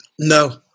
No